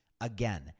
Again